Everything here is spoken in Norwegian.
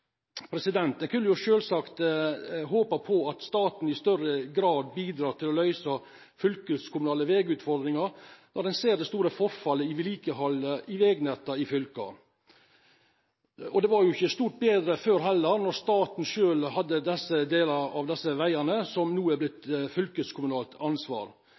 håpe på at staten i større grad bidro til å løse fylkeskommunale veiutfordringer når en ser det store forfallet i vedlikeholdet av veinettene i fylkene. Det var ikke stort bedre før heller, når staten selv hadde deler av disse veiene som nå er blitt fylkeskommunalt ansvar,